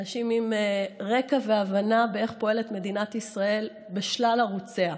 אנשים עם רקע והבנה איך פועלת מדינת ישראל בשלל ערוציה.